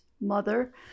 Mother